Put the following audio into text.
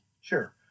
Sure